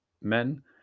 Men